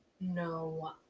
No